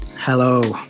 Hello